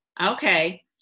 Okay